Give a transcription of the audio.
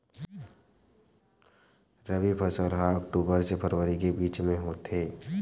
रबी फसल हा अक्टूबर से फ़रवरी के बिच में होथे